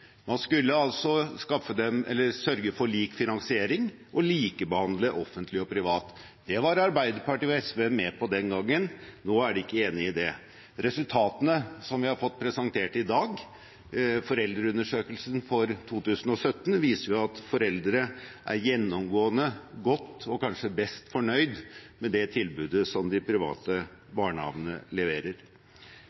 Man skulle sørge for lik finansiering og likebehandle offentlig og privat. Det var Arbeiderpartiet og SV med på den gangen. Nå er de ikke enig i det. Resultatene, som vi har fått presentert i dag, fra foreldreundersøkelsen for 2017, viser at foreldre gjennomgående er godt fornøyd – og kanskje best fornøyd – med det tilbudet som de private